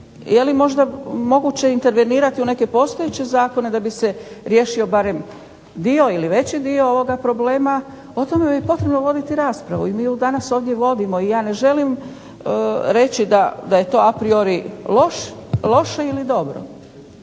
je li možda moguće intervenirati u neke postojeće zakone da bi se riješio barem dio ili veći dio ovoga problema o tome je potrebno voditi raspravu i mi je danas ovdje vodimo. I ja ne želim reći da je to a priori loše ili dobro.